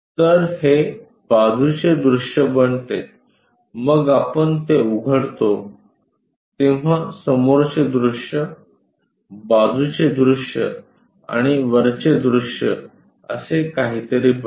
तर हे बाजूचे दृश्य बनते मग आपण ते उघडतो तेव्हा समोरचे दृश्य बाजूचे दृश्य आणि वरचे दृश्य असे काहीतरी बनते